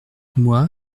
moi